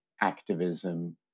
activism